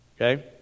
Okay